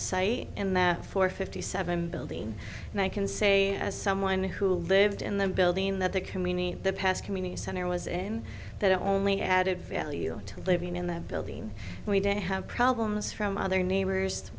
site in there for fifty seven building and i can say as someone who lived in the building that the community the pass community center was in that only added value to living in that building and we didn't have problems from other neighbors